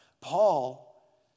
Paul